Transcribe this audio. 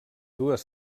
dues